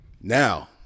Now